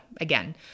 again